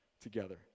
together